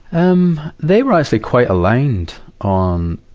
um they were actually quite aligned on,